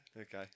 Okay